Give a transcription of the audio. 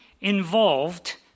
involved